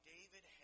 David